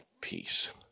Peace